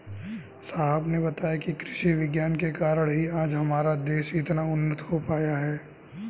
साहब ने बताया कि कृषि विज्ञान के कारण ही आज हमारा देश इतना उन्नत हो पाया है